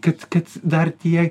kad kad dar tie